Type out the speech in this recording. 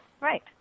Right